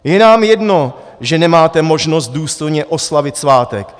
Je nám jedno, že nemáte možnost důstojně oslavit svátek.